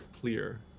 clear